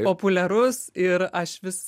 populiarus ir aš vis